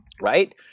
right